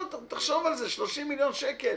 30 מיליון שקל,